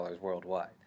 worldwide